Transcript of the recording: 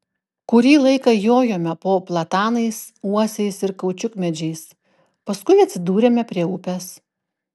kurį laiką jojome po platanais uosiais ir kaučiukmedžiais paskui atsidūrėme prie upės